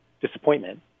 disappointment